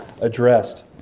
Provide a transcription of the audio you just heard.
addressed